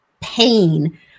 pain